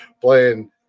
playing